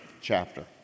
chapter